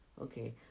Okay